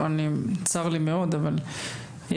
אני מאוד שמח